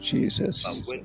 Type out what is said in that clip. Jesus